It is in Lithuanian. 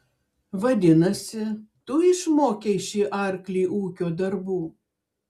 vadinasi tu išmokei šį arklį ūkio darbų